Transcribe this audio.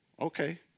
Okay